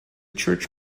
church